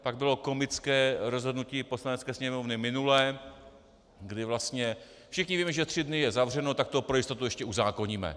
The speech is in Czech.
Pak bylo komické rozhodnutí Poslanecké sněmovny minule, kdy vlastně všichni víme, že tři dny je zavřeno, tak to pro jistotu ještě uzákoníme.